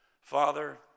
father